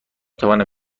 توانم